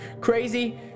crazy